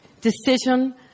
decision